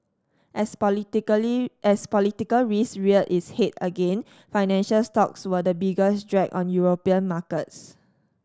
as politically as political risk reared its head again financial stocks were the biggest drag on European markets